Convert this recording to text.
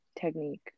technique